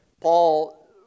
Paul